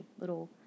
little